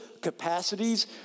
capacities